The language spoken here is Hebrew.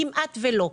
אבל כמעט ולא.